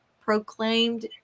proclaimed